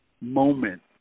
moment